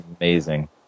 amazing